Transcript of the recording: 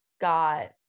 got